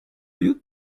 you